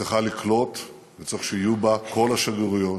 צריכה לקלוט וצריך שיהיו בה כל השגרירויות,